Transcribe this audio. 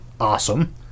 Awesome